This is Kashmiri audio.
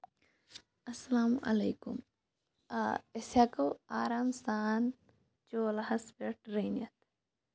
اَسلام علیکُم آ أسۍ ہٮ۪کَو آرام سان چوٗلَہس پٮ۪ٹھ رٔنِتھ